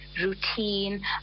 routine